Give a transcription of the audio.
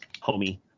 homie